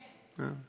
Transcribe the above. כן.